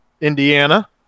Indiana